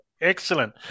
Excellent